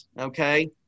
okay